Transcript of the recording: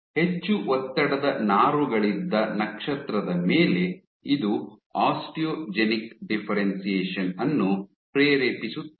ಹೆಚ್ಚು ಒತ್ತಡದ ನಾರುಗಳಿದ್ದ ನಕ್ಷತ್ರದ ಮೇಲೆ ಇದು ಆಸ್ಟಿಯೋಜೆನಿಕ್ ಡಿಫ್ಫೆರೆನ್ಶಿಯೇಷನ್ ಅನ್ನು ಪ್ರೇರೇಪಿಸುತ್ತದೆ